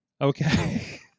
Okay